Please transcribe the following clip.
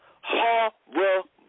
Horrible